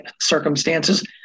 circumstances